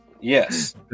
Yes